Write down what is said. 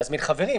להזמין חברים,